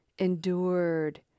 endured